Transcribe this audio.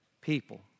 people